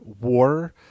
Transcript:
war